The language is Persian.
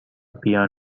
بیان